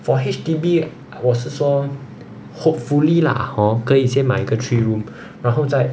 for H_D_B 我是说 hopefully lah hor 可以先买一个 three room 然后再